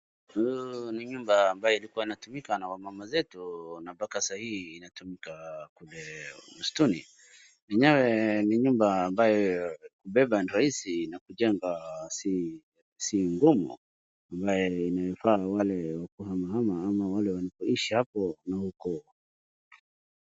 Huu ni nyumba ambayo ilikuwa inatumika na wamama zetu na mpaka saa hii inatumika kule msituni. Yenyewe ni nyumba ambayo kubeba ni rahisi na kujenga sii ngumu. Ambayo inayofaa wale wa kuhama hama ama wale wanaoishi hapo na huko.